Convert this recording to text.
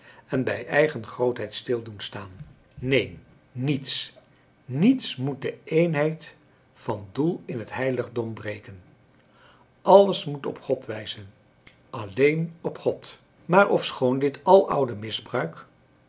en bij eigen grootheid stil doen staan neen niets niets moest de éénheid van doel in het heiligdom breken alles moest op god wijzen alleen op god maar ofschoon dit aloude misbruik